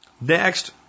Next